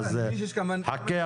חכה,